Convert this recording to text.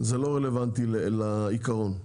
זה לא רלוונטי לעיקרון.